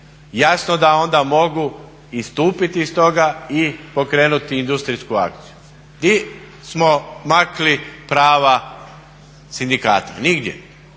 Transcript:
jasno da onda mogu istupiti iz toga i pokrenuti industrijsku akciju. Gdje smo maknuli prava sindikata? Nigdje.